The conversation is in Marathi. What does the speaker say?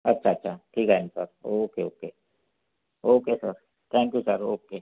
अच्छा अच्छा ठीक आहे ना sir okay okay okay sir thank you sir okay